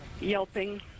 yelping